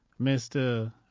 Mr